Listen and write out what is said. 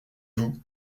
vous